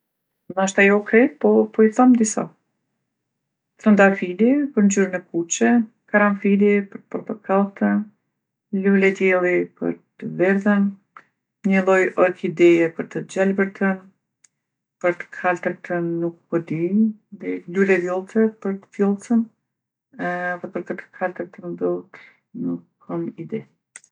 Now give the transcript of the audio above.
Nashta jo krejt po po i thom disa. Trëndafili për ngjyrën e kuqe, karanfili për t'portokalltën, lule dielli për t'verdhën, një lloj orkideje për të gjelbërtën, për t'kaltërtën nuk po di, mandej lule vjollce për t'vjollcën edhe për të kaltërtën mbylltë nuk kom ide.